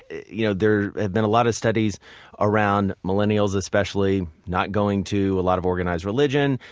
you know, there have been a lot of studies around millennials, especially not going to a lot of organized religion,